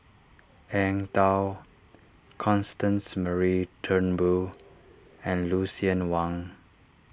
Eng Tow Constance Mary Turnbull and Lucien Wang